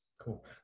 Cool